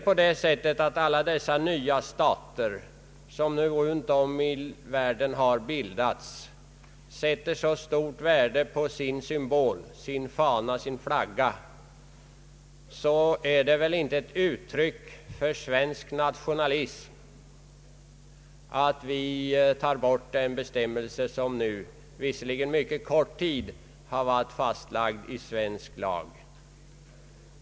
Om alla de nya stater som runt om i världen har bildats sätter så stort värde på sin symbol — sin fana och flagga — är det väl inte ett uttryck för svensk nationalism om vi slopar den bestämmelse som endast under mycket kort tid varit intagen i svensk lag.